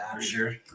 sure